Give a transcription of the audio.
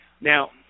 Now